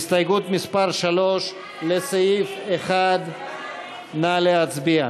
הסתייגות מס' 3 לסעיף 1, נא להצביע.